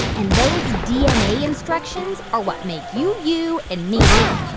and those dna instructions are what make you you and me me.